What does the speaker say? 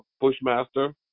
Bushmaster